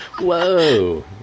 Whoa